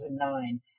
2009